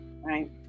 Right